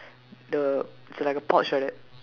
the it's like a pouch like that